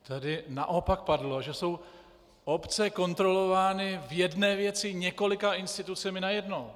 Tady naopak padlo, že jsou obce kontrolovány v jedné věci několika institucemi najednou.